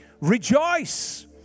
Rejoice